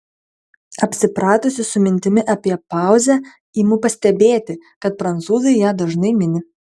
apsipratusi su mintimi apie pauzę imu pastebėti kad prancūzai ją dažnai mini